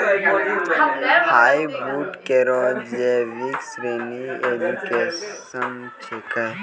hardwood केरो जैविक श्रेणी एंजियोस्पर्म छिकै